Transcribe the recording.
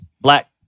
Black